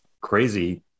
Crazy